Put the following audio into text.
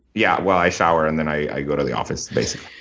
yeah, well, i shower, and then i go to the office basically.